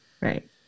Right